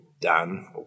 done